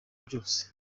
byose